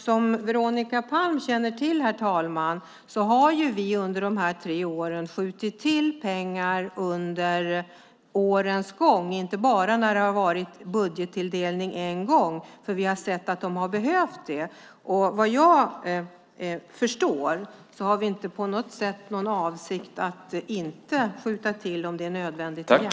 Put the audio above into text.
Som Veronica Palm känner till, herr talman, har vi under de här tre åren skjutit till pengar under årens gång, inte bara en gång när det har varit budgettilldelning, för vi har sett att det har behövts. Vad jag förstått är inte vår avsikt att inte skjuta till pengar om det blir nödvändigt igen.